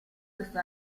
questo